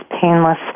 painless